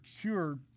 cured